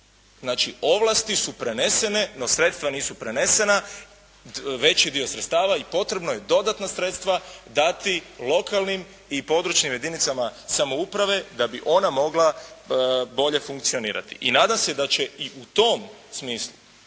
Znači, ovlasti su prenesene, no sredstva nisu prenesena, veći dio sredstava i potrebno je dodatna sredstva dati lokalnim i područnim jedinicama samouprave da bi ona mogla bolje funkcionirati. I nadam se da će i u tom smislu